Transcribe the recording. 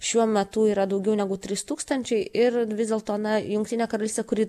šiuo metu yra daugiau negu trys tūkstančiai ir vis dėlto na jungtinė karalystė kuri